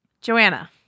Joanna